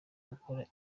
gukora